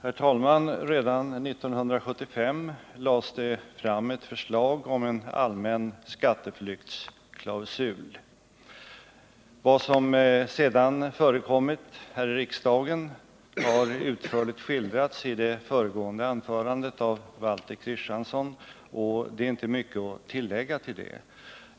Herr talman! Redan 1975 lades ett förslag fram om en allmän skatteflyktsklausul. Vad som sedan förekommit här i riksdagen har utförligt skildrats i det föregående anförandet av Valter Kristenson. Det finns inte mycket att tillägga.